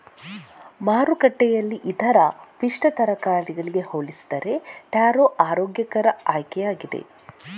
ಮಾರುಕಟ್ಟೆಯಲ್ಲಿ ಇತರ ಪಿಷ್ಟ ತರಕಾರಿಗಳಿಗೆ ಹೋಲಿಸಿದರೆ ಟ್ಯಾರೋ ಆರೋಗ್ಯಕರ ಆಯ್ಕೆಯಾಗಿದೆ